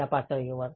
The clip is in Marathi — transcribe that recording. त्या पातळीवर